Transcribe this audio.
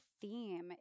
theme